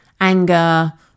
anger